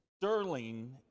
sterling